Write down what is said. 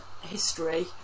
history